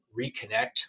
reconnect